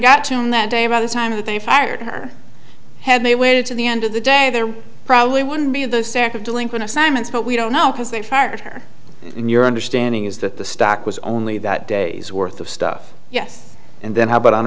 got to know that day about the time that they fired her had they waited to the end of the day there probably wouldn't be the sack of delinquent assignments but we don't know because they fired her in your understanding is that the stock was only that day's worth of stuff yes and then how about